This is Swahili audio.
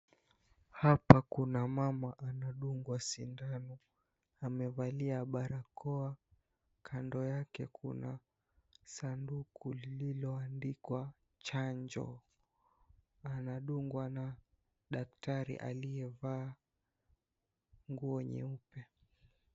Hapa kuna mama anadungwa shindano amevalia barakoa kando yake una sanduku lililoandikwa chanjo anadungwa na daktari aliyevaa nguo nyeupe.